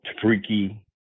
freaky